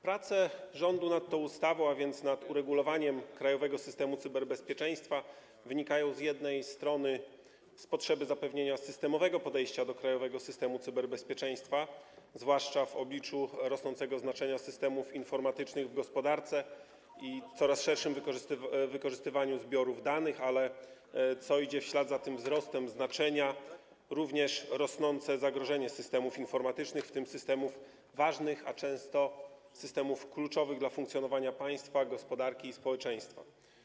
Prace rządu nad tą ustawą, a więc nad uregulowaniem krajowego systemu cyberbezpieczeństwa, wynikają z jednej strony z potrzeby zapewnienia systemowego podejścia do krajowego systemu cyberbezpieczeństwa, zwłaszcza w obliczu rosnącego znaczenia systemów informatycznych w gospodarce i coraz szerszego wykorzystywania zbiorów danych, oraz, co idzie w ślad za tym wzrostem znaczenia, rosnącego zagrożenia systemów informatycznych, w tym systemów ważnych, a często kluczowych dla funkcjonowania państwa, gospodarki i społeczeństwa.